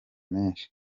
menshi